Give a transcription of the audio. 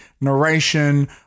narration